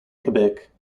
quebec